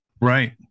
right